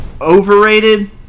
overrated